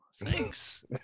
thanks